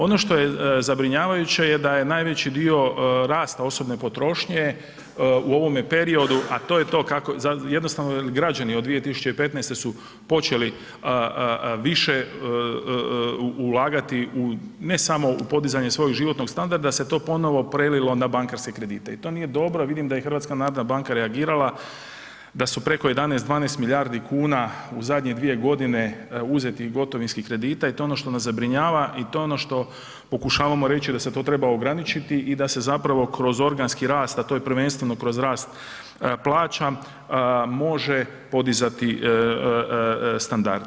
Ono što je zabrinjavajuće je da je najveći dio rasta osobne potrošnje u ovome periodu, a to je to, kako, jednostavno građani od 2015. su počeli više ulagati u, ne samo u podizanje svog životnog standarda, da se to ponovno prelilo na bankarske kredite i to nije dobro, vidim da je i HNB reagirala, da su preko 11, 12 milijardi kuna u zadnje dvije godine uzeti gotovinskih kredita i to je ono što nas zabrinjava i to je ono što pokušavamo reći da se to treba ograničiti i da se zapravo kroz organski rast, a to je prvenstveno kroz rast plaća, može podizati standard.